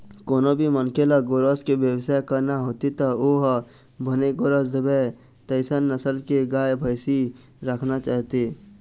कोनो भी मनखे ल गोरस के बेवसाय करना होथे त ओ ह बने गोरस देवय तइसन नसल के गाय, भइसी राखना चाहथे